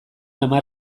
hamar